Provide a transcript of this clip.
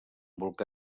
volcà